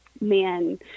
man